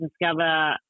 discover